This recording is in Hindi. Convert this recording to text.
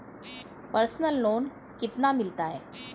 पर्सनल लोन कितना मिलता है?